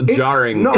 jarring